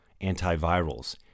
antivirals